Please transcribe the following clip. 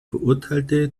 verurteilte